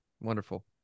Wonderful